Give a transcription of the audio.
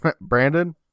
Brandon